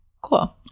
cool